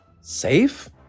Safe